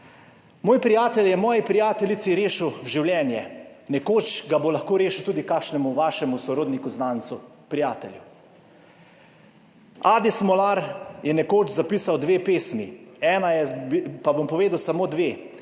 Moj prijatelj je moji prijateljici rešil življenje. Nekoč ga bo lahko rešil tudi kakšnemu vašemu sorodniku, znancu, prijatelju. Adi Smolar je nekoč zapisal dve pesmi, ena je, pa bom povedal samo dve,